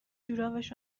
جورابش